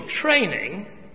training